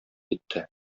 итте